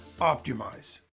optimize